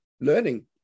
learning